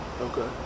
Okay